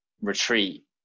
retreat